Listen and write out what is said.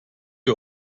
ihr